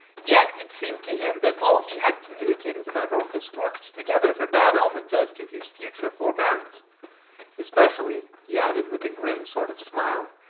yet it seemed to him that all he had communicated about orchis worked together for bad omens as to his future forbearance especially, he added with a grim sort of smile,